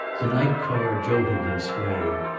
the night car jolted and swayed.